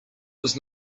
was